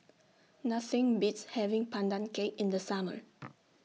Nothing Beats having Pandan Cake in The Summer